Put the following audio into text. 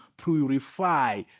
purify